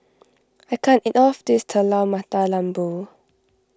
I can't eat all of this Telur Mata Lembu